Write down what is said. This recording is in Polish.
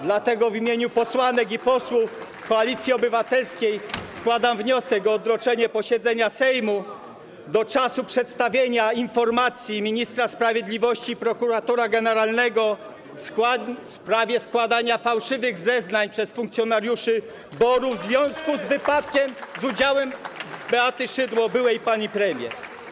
Dlatego w imieniu posłanek i posłów Koalicji Obywatelskiej składam wniosek o odroczenie posiedzenia Sejmu do czasu przedstawienia informacji ministra sprawiedliwości - prokuratora generalnego w sprawie składania fałszywych zeznań przez funkcjonariuszy BOR-u w związku z wypadkiem z udziałem Beaty Szydło, byłej pani premier.